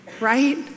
Right